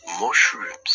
mushrooms